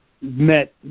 met